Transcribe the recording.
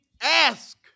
Ask